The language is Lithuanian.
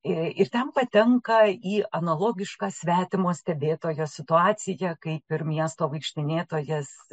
ir ten patenka į analogišką svetimo stebėtojo situaciją kaip ir miesto vaikštinėtojas